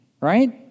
Right